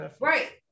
right